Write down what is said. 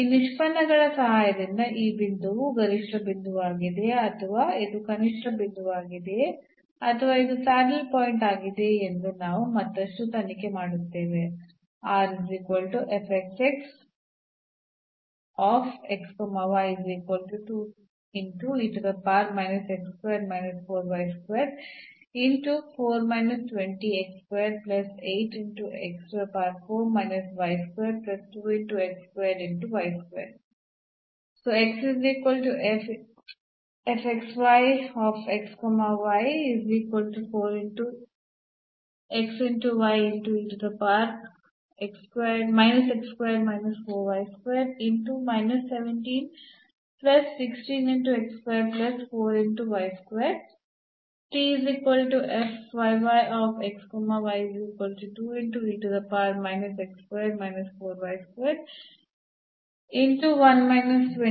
ಈ ನಿಷ್ಪನ್ನಗಳ ಸಹಾಯದಿಂದ ಈ ಬಿಂದುವು ಗರಿಷ್ಠ ಬಿಂದುವಾಗಿದೆಯೇ ಅಥವಾ ಇದು ಕನಿಷ್ಠ ಬಿಂದುವಾಗಿದೆಯೇ ಅಥವಾ ಇದು ಸ್ಯಾಡಲ್ ಪಾಯಿಂಟ್ ಆಗಿದೆಯೇ ಎಂದು ನಾವು ಮತ್ತಷ್ಟು ತನಿಖೆ ಮಾಡುತ್ತೇವೆ